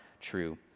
true